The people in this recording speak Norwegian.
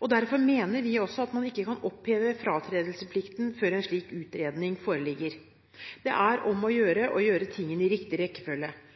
Derfor mener vi også at man ikke kan oppheve fratredelsesplikten før en slik utredning foreligger. Det er om å gjøre å gjøre tingene i riktig rekkefølge,